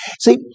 See